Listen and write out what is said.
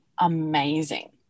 amazing